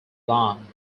long